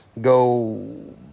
go